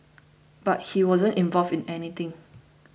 but he wasn't involved in anything